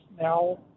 Now